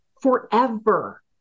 forever